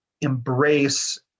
embrace